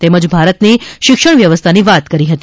તેમજ ભારતની શિક્ષણ વ્યવસ્થાની વાત કરી હતી